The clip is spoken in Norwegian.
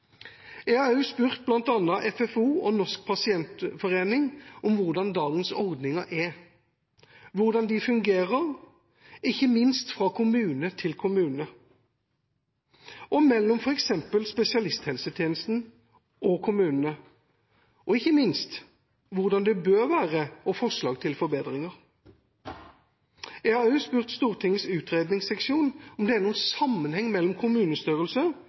Jeg har også spurt bl.a. FFO og Norsk Pasientforening om hvordan dagens ordninger er – hvordan de fungerer, ikke minst fra kommune til kommune og mellom f.eks. spesialisthelsetjenesten og kommunene – og, ikke minst, hvordan det bør være og om forslag til forbedringer. Jeg har også spurt Stortingets utredningsseksjon om det er noen sammenheng mellom kommunestørrelse